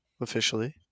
officially